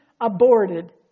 Aborted